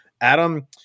Adam